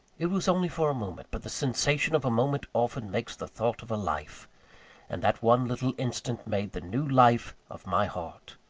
it was only for a moment but the sensation of a moment often makes the thought of a life and that one little instant made the new life of my heart.